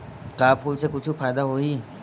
का फूल से कुछु फ़ायदा होही?